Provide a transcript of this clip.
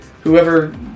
whoever